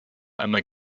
einmal